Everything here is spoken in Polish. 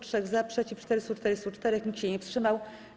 3 - za, przeciw - 444, nikt się nie wstrzymał.